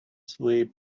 sleep